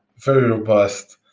very robust,